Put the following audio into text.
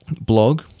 blog